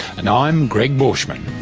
and i'm gregg borschmann